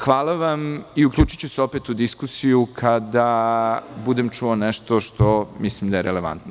Hvala vam i uključiću se opet u diskusiju kada budem čuo nešto što mislim da je relevantno.